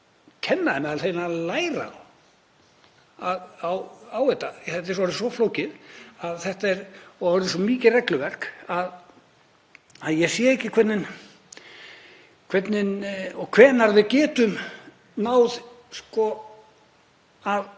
þurfi hreinlega að læra á þetta. Þetta er orðið svo flókið og orðið svo mikið regluverk að ég sé ekki hvernig og hvenær við getum náð að